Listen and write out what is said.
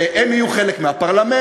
והם יהיו חלק מהפרלמנט,